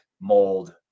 mold